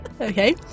Okay